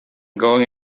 going